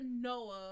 Noah